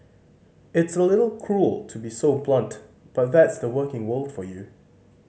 it's a little cruel to be so blunt but that's the working world for you